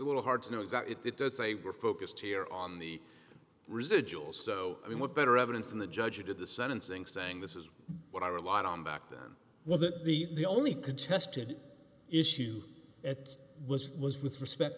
a little hard to know is that it does say we're focused here on the residuals so i mean what better evidence than the judge at the sentencing saying this is what i relied on back then was that the only contested issue that was was with respect